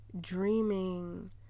dreaming